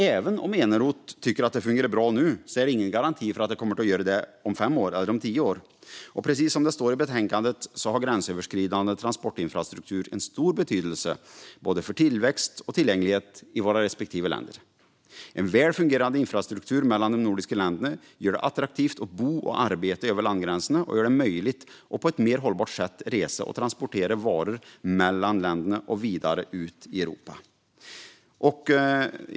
Även om Eneroth tycker att det fungerar bra nu är det ingen garanti för att det kommer att göra det om fem år eller om tio år. Precis som det står i betänkandet har en gränsöverskridande transportinfrastruktur en stor betydelse både för tillväxt och för tillgänglighet i våra respektive länder. En väl fungerande infrastruktur mellan de nordiska länderna gör det attraktivt att bo och arbeta över landsgränserna och gör det möjligt att på ett mer hållbart sätt resa och transportera varor mellan länderna och vidare ut i Europa.